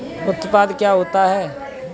उत्पाद क्या होता है?